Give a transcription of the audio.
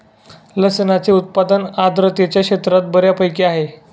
लसणाचे उत्पादन आर्द्रतेच्या क्षेत्रात बऱ्यापैकी आहे